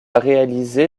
réalisé